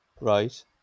right